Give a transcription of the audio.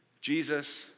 Jesus